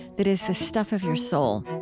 that is the stuff of your soul.